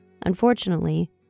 Unfortunately